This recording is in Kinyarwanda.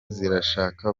zirashaka